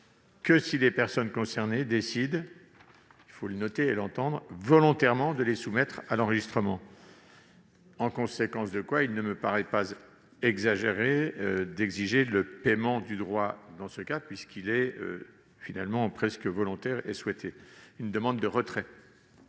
que si les personnes concernées décident, volontairement, de les soumettre à l'enregistrement. En conséquence, il ne me paraît pas exagéré d'exiger le paiement du droit dans ce cas, puisqu'il est presque volontaire et souhaité. Je demande donc le retrait